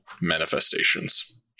manifestations